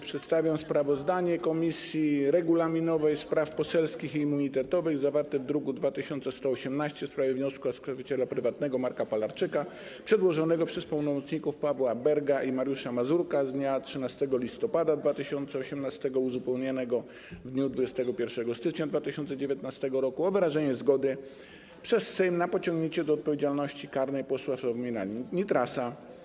Przedstawiam sprawozdanie Komisji Regulaminowej, Spraw Poselskich i Immunitetowych, druk nr 2118, w sprawie wniosku oskarżyciela prywatnego Marka Palarczyka przedłożonego przez pełnomocników Pawła Berga i Mariusza Mazurka z dnia 13 listopada 2018 r., uzupełnionego w dniu 21 stycznia 2019 r., o wyrażenie zgody przez Sejm na pociągnięcie do odpowiedzialności karnej posła Sławomira Nitrasa.